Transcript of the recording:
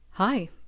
Hi